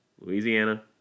Louisiana